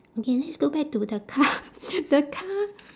okay let's go back to the car the car